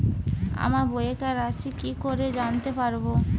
আমার বকেয়া রাশি কি করে জানতে পারবো?